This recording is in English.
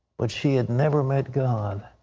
but she had never met god.